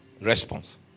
response